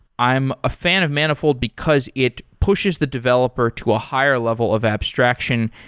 i'm a fan of manifold because it pushes the developer to a higher level of abstraction,